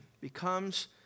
becomes